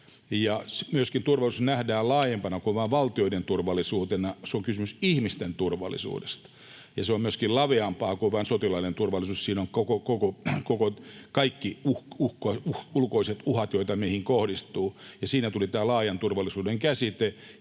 Myöskin turvallisuus nähdään laajempana kuin vain valtioiden turvallisuutena. Siinä on kysymys ihmisten turvallisuudesta, ja se on myöskin laveampaa kuin vain sotilaallinen turvallisuus. Siinä ovat kaikki ulkoiset uhat, joita meihin kohdistuu, ja siinä tuli tämä laajan turvallisuuden käsite.